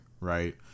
right